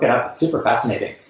yeah super fascinating,